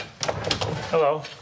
Hello